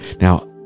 Now